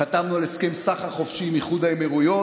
חתמנו על הסכם סחר חופשי עם איחוד האמירויות